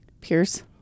Pierce